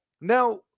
Now